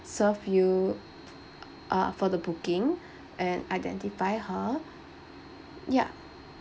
served you uh for the booking and identify her yup